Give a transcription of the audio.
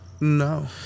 no